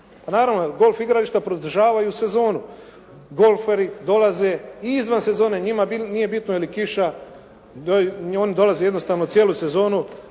naravno golf igrališta produžavaju sezonu. Golferi dolaze i izvan sezone, njima nije bitno je li kiša, oni dolaze jednostavno cijelu sezonu,